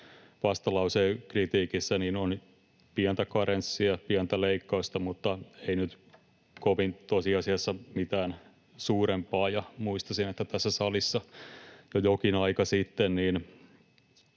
vastalauseen kritiikissä, on pientä karenssia, pientä leikkausta mutta ei nyt tosiasiassa mitään suurempaa, ja muistaisin, että tässä salissa jo jokin aika sitten